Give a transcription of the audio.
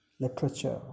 literature